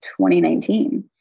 2019